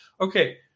Okay